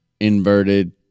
inverted